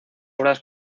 obras